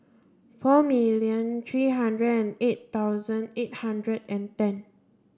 four million three hundred and eight thousand eight hundred and ten